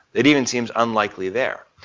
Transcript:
it even seems unlikely there.